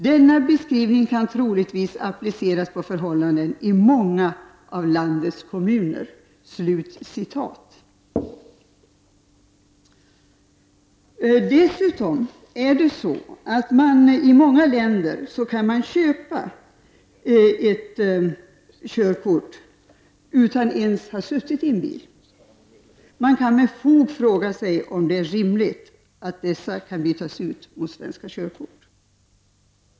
Denna beskrivning kan troligtvis appliceras på förhållanden i många av landets kommuner.” Dessutom kan man helt lagligt köpa körkort i många länder utan att ens ha suttit i en bil. Man kan med fog fråga sig om det är rimligt att dessa kan bytas ut mot svenska körkort.